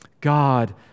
God